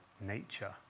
nature